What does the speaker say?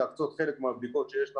להקצות חלק מהבדיקות שיש לנו,